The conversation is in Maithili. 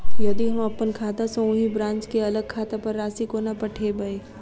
यदि हम अप्पन खाता सँ ओही ब्रांच केँ अलग खाता पर राशि कोना पठेबै?